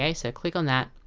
ah so click on that,